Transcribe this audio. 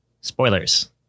spoilers